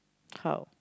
how